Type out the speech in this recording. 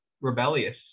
rebellious